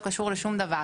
לא קשור לשום דבר,